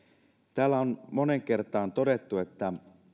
täällä on moneen kertaan todettu että